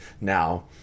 now